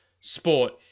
sport